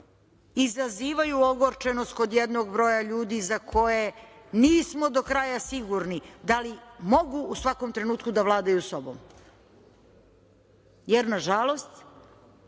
izazivaju ogorčenost kod jednog broja ljudi za koje nismo do kraja sigurni da li mogu u svakom trenutku da vladaju sobom jer, nažalost,